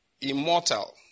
immortal